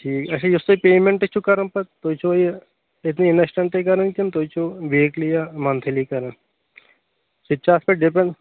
ٹھیٖک اچھا یُس تُہۍ پیٚمنٛٹ چھِو کَران پَتہٕ تُہۍ چھِوا یہِ انسٹنٛٹے کَران کِنہٕ تُہۍ چھِو ویٖکلی یا منٛتھلی کَران